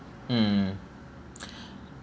mm